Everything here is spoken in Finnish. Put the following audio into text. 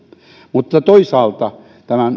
mutta toisaalta